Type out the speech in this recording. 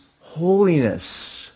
holiness